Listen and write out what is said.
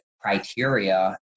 criteria